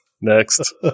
Next